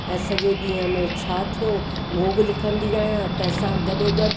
ऐं सॼे ॾींहं में छा थियो उहो बि लिखंदी आहियां तंहिंसां गॾो गॾु